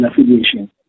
affiliation